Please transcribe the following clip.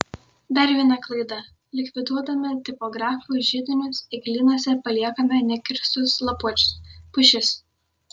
dar viena klaida likviduodami tipografų židinius eglynuose paliekame nekirstus lapuočius pušis